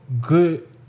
good